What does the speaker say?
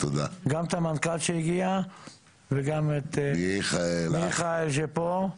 גם את המנכ"ל שהגיע וגם את מיכאל שפה.